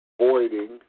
avoiding